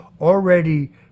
already